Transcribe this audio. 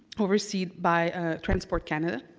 overseen by transport canada.